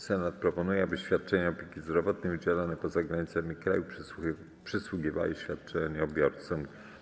Senat proponuje, aby świadczenia opieki zdrowotnej udzielane poza granicami kraju przysługiwały świadczeniobiorcom.